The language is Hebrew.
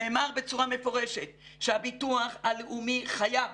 נאמר בצורה מפורשת שהביטוח הלאומי חייב